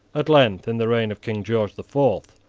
at length, in the reign of king george the fourth,